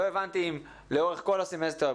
לא הבנתי אם לאורך כל הסמסטר,